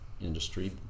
industry